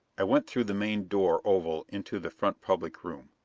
i went through the main door oval into the front public room,